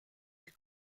des